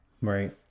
Right